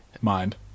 mind